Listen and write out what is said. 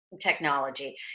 technology